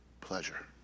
pleasure